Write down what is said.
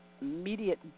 immediate